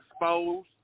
exposed